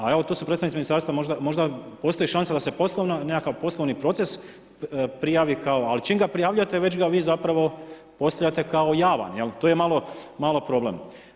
A evo tu su predstavnici ministarstva, možda postoji šansa da se nekakav poslovni proces prijavi, ali čim ga prijavljujete, već ga vi zapravo postavljate kao javan, jel', to je malo problem.